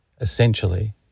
essentially